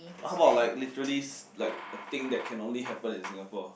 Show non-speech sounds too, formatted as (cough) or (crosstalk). how about like literally (noise) like a thing that can only happen in Singapore